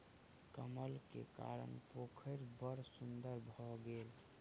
कमल के कारण पोखैर बड़ सुन्दर भअ गेल